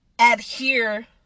adhere